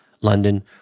London